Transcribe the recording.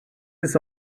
his